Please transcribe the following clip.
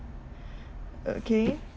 okay